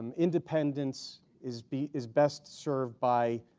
and independence is be is best served by